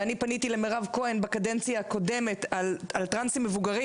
ואני פניתי למירב כהן בקדנציה הקודמת על טרנסים מבוגרים